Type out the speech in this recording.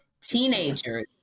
teenagers